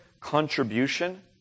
contribution